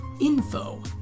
info